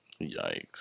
Yikes